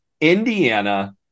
Indiana